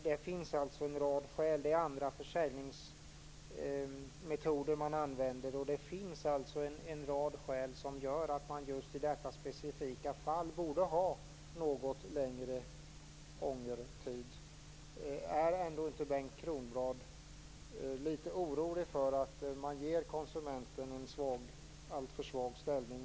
Det finns alltså en rad skäl för detta. Man använder andra försäljningsmetoder. Det finns en rad skäl som gör att man just i detta specifika fall borde ha något längre ångertid. Är Bengt Kronblad ändå inte litet orolig för att man ger konsumenten en alltför svag ställning?